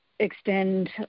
extend